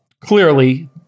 Clearly